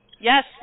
Yes